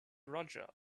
roger